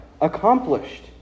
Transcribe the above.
accomplished